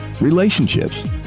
relationships